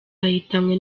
bahitanwe